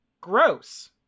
gross